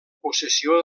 possessió